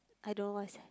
I don't know what's that